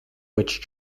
which